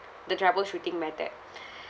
the troubleshooting method